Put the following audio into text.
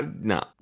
No